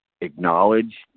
acknowledge